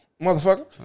Motherfucker